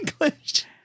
English